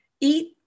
eat